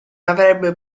avrebbe